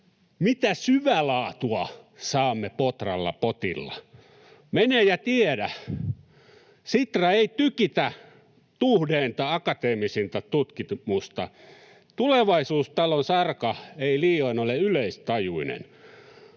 Mitä syvälaatua saamme potralla potilla? Mene ja tiedä. Sitra ei tykitä tuhdeinta akateemisinta tutkimusta. ”Tulevaisuustalon” sarka ei liioin ole yleistajuinen.